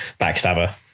Backstabber